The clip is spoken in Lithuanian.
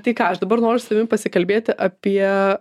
tai ką aš dabar noriu su tavim pasikalbėti apie